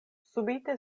subite